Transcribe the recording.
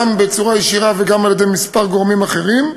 גם בצורה ישירה וגם על-ידי כמה גורמים אחרים.